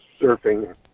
surfing